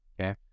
Okay